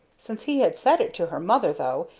since he had said it to her mother, though,